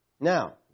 Now